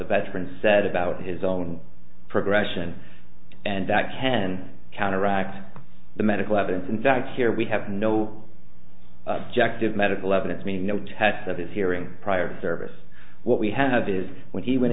the veteran said about his own progression and that can counteract the medical evidence in fact here we have no objective medical evidence meaning no tests of his hearing prior service what we have is when he went